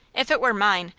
if it were mine,